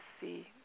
see